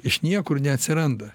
iš niekur neatsiranda